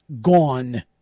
Gone